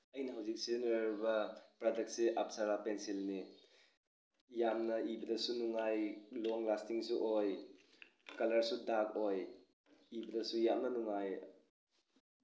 ꯑꯩꯅ ꯍꯧꯖꯤꯛ ꯁꯤꯖꯟꯅꯔꯤꯕ ꯄ꯭ꯔꯗꯛꯁꯦ ꯑꯞꯁꯔꯥ ꯄꯦꯟꯁꯤꯜꯅꯤ ꯌꯥꯝꯅ ꯏꯕꯗꯁꯨ ꯅꯨꯡꯉꯥꯏ ꯂꯣꯡ ꯂꯥꯁꯇꯤꯡꯁꯨ ꯑꯣꯏ ꯀꯂꯔꯁꯨ ꯗꯥꯔꯛ ꯑꯣꯏ ꯏꯕꯗꯁꯨ ꯌꯥꯝꯅ ꯅꯨꯡꯉꯥꯏ